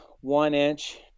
one-inch